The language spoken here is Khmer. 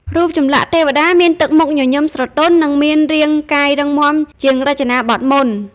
រូបចម្លាក់ទេវតាមានទឹកមុខញញឹមស្រទន់ និងមានរាងកាយរឹងមាំជាងរចនាបថមុន។